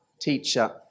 teacher